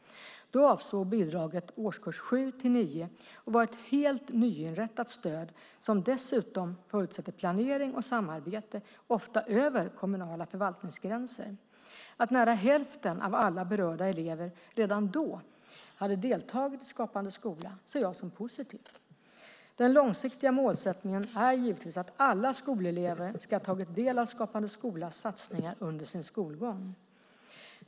Då avsåg bidraget årskurs 7-9 och var ett helt nyinrättat stöd som dessutom förutsätter planering och samarbete, ofta över kommunala förvaltningsgränser. Att nära hälften av alla berörda elever redan då hade deltagit i Skapande skola ser jag som positivt. Den långsiktiga målsättningen är givetvis att alla skolelever ska ha tagit del av Skapande skola-satsningar under sin skolgång.